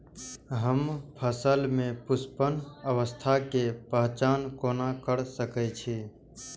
हम फसल में पुष्पन अवस्था के पहचान कोना कर सके छी?